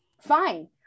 fine